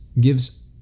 gives